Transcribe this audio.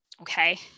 Okay